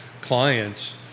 clients